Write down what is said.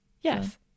Yes